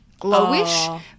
Glowish